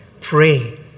pray